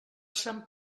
sant